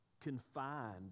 confined